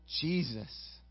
Jesus